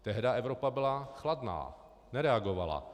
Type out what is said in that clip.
Tehdy Evropa byla chladná, nereagovala.